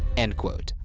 end quote.